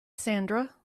sandra